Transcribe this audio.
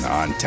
on